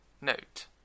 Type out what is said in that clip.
Note